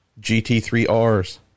gt3rs